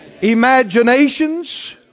Imaginations